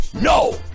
no